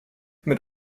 mit